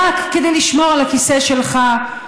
רק כדי לשמור על הכיסא שלך,